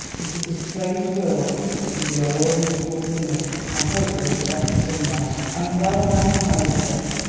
it is a strange world and we are all miserable sinners. i hope there is a better somewhere. i'm well-nigh tired of this,